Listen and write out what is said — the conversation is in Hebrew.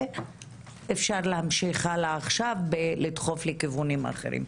ואפשר להמשיך עכשיו ולדחוף לכיוונים אחרים.